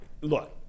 look